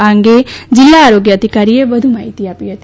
આ અંગે જિલ્લા આરોગ્ય અધિકારીએ વધુ માહિતી આપી હતી